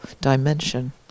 dimension